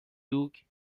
دوگ